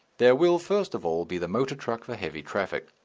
there will, first of all, be the motor truck for heavy traffic.